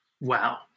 Wow